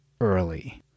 early